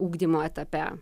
ugdymo etape